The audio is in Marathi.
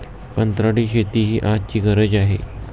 कंत्राटी शेती ही आजची गरज आहे